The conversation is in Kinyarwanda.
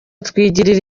twigirire